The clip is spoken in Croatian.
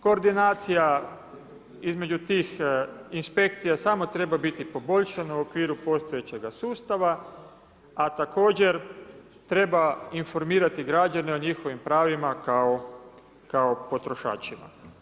Koordinacija između tih inspekcija samo treba biti poboljšana u okviru postojećega sustava a također treba informirati građane o njihovim pravima kao potrošačima.